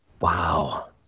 Wow